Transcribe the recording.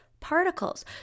Particles